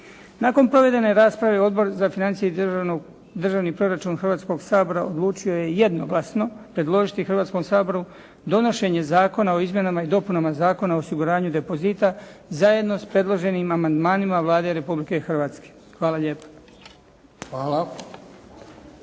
Nakon provedene rasprave Odbor za financije i državni proračun Hrvatskoga sabora odlučio je jednoglasno predložiti Hrvatskom saboru donošenje Zakona o izmjenama i dopunama Zakona o osiguranju depozita, zajedno s predloženim amandmanima Vlade Republike Hrvatske. Hvala lijepo.